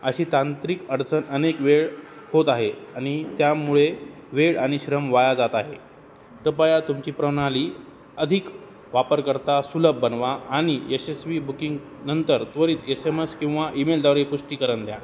अशी तांत्रिक अडचण अनेक वेळ होत आहे आणि त्यामुळे वेळ आणि श्रम वाया जात आहे कृपया तुमची प्रणाली अधिक वापरकर्ता सुलभ बनवा आणि यशस्वी बुकिंग नंतर त्वरित एस एम एस किंवा ईमेलद्वारे पुष्टीकरण द्या